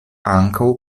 ankaŭ